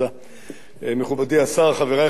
מכובדי השר, חברי חברי הכנסת, א.